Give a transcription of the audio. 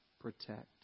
protect